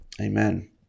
Amen